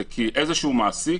זה כי איזשהו מעסיק